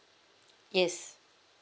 yes